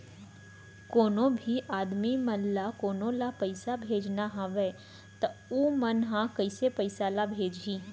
कोन्हों भी आदमी मन ला कोनो ला पइसा भेजना हवय त उ मन ह कइसे पइसा ला भेजही?